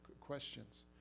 questions